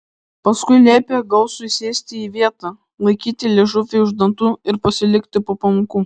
paskui liepė gausui sėsti į vietą laikyti liežuvį už dantų ir pasilikti po pamokų